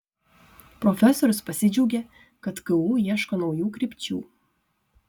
profesorius pasidžiaugė kad ku ieško naujų krypčių